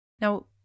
Now